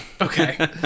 Okay